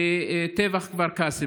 בטבח כפר קאסם.